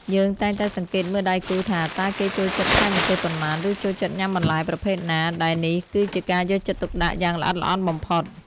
យើងតែងតែសង្កេតមើលដៃគូថាតើគេចូលចិត្តថែមម្ទេសប៉ុន្មាន ឬចូលចិត្តញ៉ាំបន្លែប្រភេទណា ដែលនេះគឺជាការយកចិត្តទុកដាក់យ៉ាងល្អិតល្អន់បំផុត។